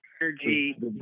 Energy